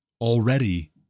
already